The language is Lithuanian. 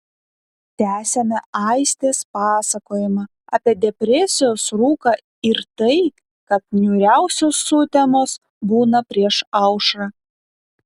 tęsiame aistės pasakojimą apie depresijos rūką ir tai kad niūriausios sutemos būna prieš aušrą